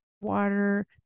water